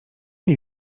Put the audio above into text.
nie